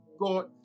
God